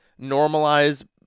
normalize